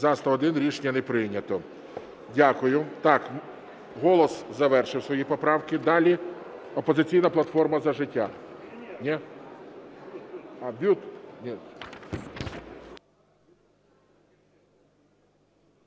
За-101 Рішення не прийнято. Дякую. Так, "Голос" завершив свої поправки. Далі "Опозиційна платформа – За життя".